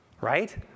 right